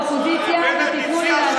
תכבדו את החברה שלכם באופוזיציה ותנו לי להשיב.